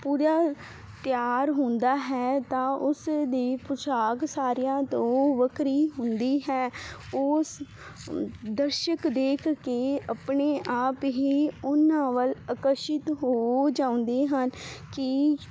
ਪੂਰੀਆਂ ਤਿਆਰ ਹੁੰਦਾ ਹੈ ਤਾਂ ਉਸ ਦੀ ਪੁਸ਼ਾਕ ਸਾਰਿਆਂ ਤੋਂ ਵੱਖਰੀ ਹੁੰਦੀ ਹੈ ਉਸ ਦਰਸ਼ਕ ਦੇਖ ਕੇ ਆਪਣੇ ਆਪ ਹੀ ਉਹਨਾਂ ਵੱਲ ਆਕਰਸ਼ਿਤ ਹੋ ਜਾਉਂਦੇ ਹਨ ਕੀ